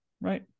Right